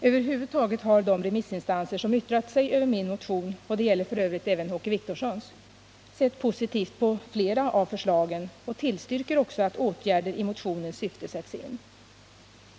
Över huvud taget har de remissinstanser som yttrat sig över min motion — och det gäller f. ö. även Åke Wictorssons — sett positivt på flera av förslagen och tillstyrker också att åtgärder i motionens syfte sätts in.